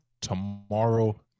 tomorrow